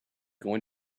going